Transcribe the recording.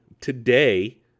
today